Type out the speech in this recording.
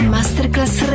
Masterclass